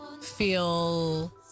feel